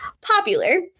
popular